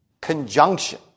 conjunction